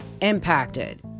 impacted